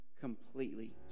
completely